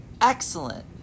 excellent